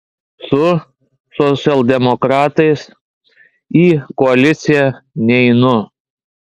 su socialdemokratais į koaliciją neinu